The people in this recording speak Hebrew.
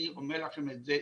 אני אומר לכם את זה,